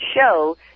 show